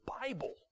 Bible